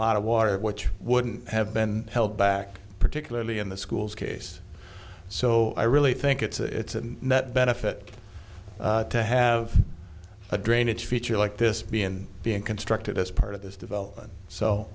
lot of water which wouldn't have been held back particularly in the school's case so i really think it's a net benefit to have a drainage feature like this being being constructed as part of this development so